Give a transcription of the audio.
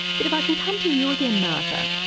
but if i can come to you again, martha,